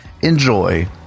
Enjoy